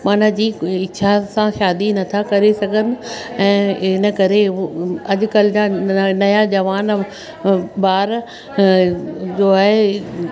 मन जी इच्छा सां शादी नथा करे सघनि ऐं इन करे अॼुकल्ह जा न नयां जवान ॿार जो आहे